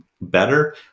better